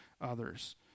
others